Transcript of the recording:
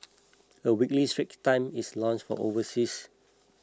a weekly Straits Times is launched for overseas